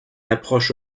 approche